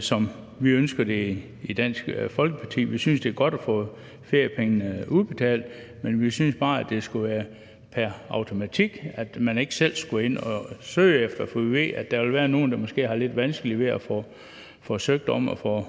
sådan, vi ønsker det i Dansk Folkeparti. Vi synes, det er godt at få feriepengene udbetalt, men vi synes bare, at det skulle være pr. automatik, så man ikke selv skulle ind at søge dem, for vi ved, at der vil være nogle, der måske har lidt vanskeligere ved at få søgt om at få